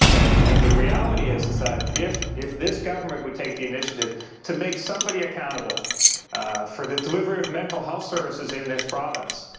and and the reality is that if if this government would take the initiative to make somebody accountable for the delivery of mental health services in this province,